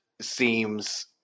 seems